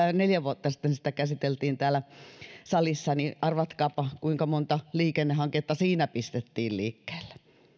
neljä vuotta sitten sitä käsiteltiin täällä salissa niin arvatkaapa kuinka monta liikennehanketta siinä pistettiin liikkeelle